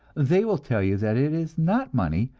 they will tell you that it is not money,